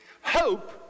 Hope